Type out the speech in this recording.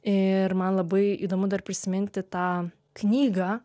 ir man labai įdomu dar prisiminti tą knygą